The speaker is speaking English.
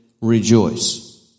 rejoice